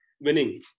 winning